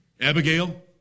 Abigail